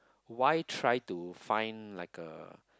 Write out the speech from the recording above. why try to find like a